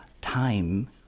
time